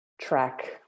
track